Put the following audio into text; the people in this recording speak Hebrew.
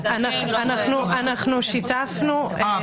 אנחנו שיתפנו --- זה עוד לא סגור.